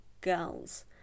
girls